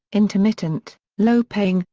intermittent, low-paying,